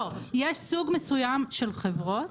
לא, יש סוג מסוים של חברות